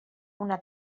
una